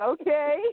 okay